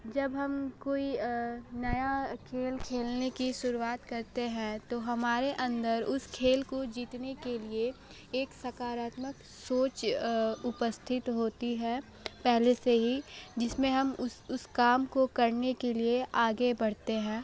जब हम कोई नया खेल खेलने की शुरुआत करते हैं तो हमारे अंदर उस खेल को जीतने के लिए एक सकारात्मक सोच उपस्थित होती है पहले से ही जिसमें हम उस उस काम को करने के लिए आगे बढ़ते हैं